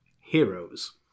Heroes